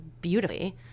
beautifully